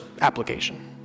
application